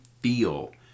feel